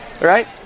right